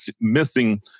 missing